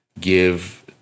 give –